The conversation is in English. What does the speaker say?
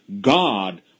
God